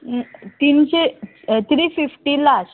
तिनशी three fifty last